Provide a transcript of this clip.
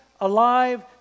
alive